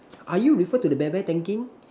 are you refer to the bear bear thanking